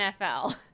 NFL